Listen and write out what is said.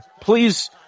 please